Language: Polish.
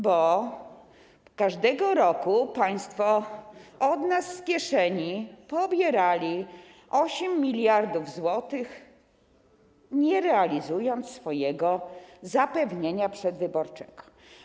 Bo każdego roku państwo od nas z kieszeni pobierali 8 mld zł, nie realizując swojego zapewnienia przedwyborczego.